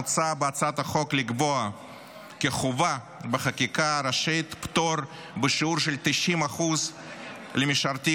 מוצע בהצעת החוק לקבוע כחובה בחקיקה ראשית פטור בשיעור של 90% למשרתים